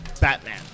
Batman